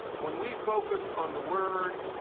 when we focus on the word,